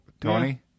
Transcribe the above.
tony